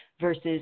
versus